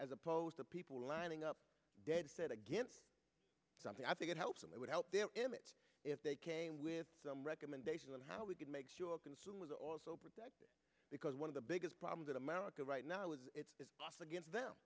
as opposed to people lining up dead set against something i think it helps them it would help their image if they came with some recommendations on how we can make sure consumers are also protected because one of the biggest problems in america right now is against them